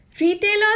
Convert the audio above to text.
retailers